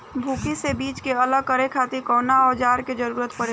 भूसी से बीज के अलग करे खातिर कउना औजार क जरूरत पड़ेला?